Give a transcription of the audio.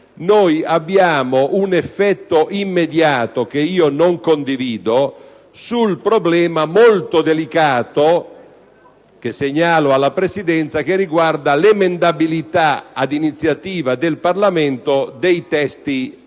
6, abbiamo un effetto immediato, che non condivido, sul problema molto delicato - che segnalo alla Presidenza - che riguarda l'emendabilità ad iniziativa del Parlamento dei testi di